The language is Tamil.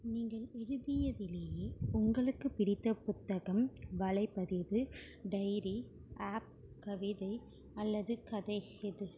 நீங்கள் எழுதியதிலேயே உங்களுக்கு பிடித்த புத்தகம் வலைப்பதிவு டைரி ஆப் கவிதை அல்லது கதை எது